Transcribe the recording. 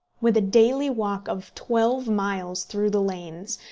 with a daily walk of twelve miles through the lanes,